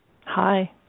Hi